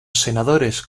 senadores